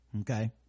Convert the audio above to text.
Okay